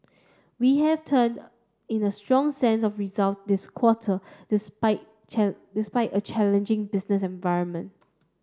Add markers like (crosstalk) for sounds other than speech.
we have turned in a strong set of results this quarter despite (unintelligible) despite a challenging business environment